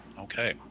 Okay